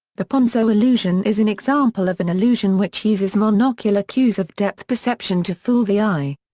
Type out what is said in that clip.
the ponzo illusion is an example of an illusion which uses monocular cues of depth perception to fool the eye.